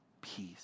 peace